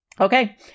Okay